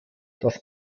das